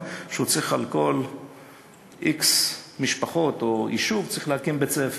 שעל כל x משפחות או יישוב הוא צריך להקים בית-ספר.